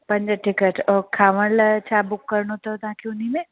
पंज टिकट और खाइण लाइ छा बुक करिणो अथव तव्हांखे उन में